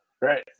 Right